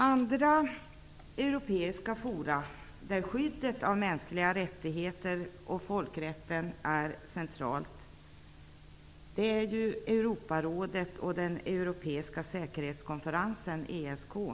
Andra europeiska fora där skyddet av mänskliga rättigheter och folkrätten är centralt är Europarådet och den europeiska säkerhetskonferensen, ESK.